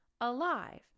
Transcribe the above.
alive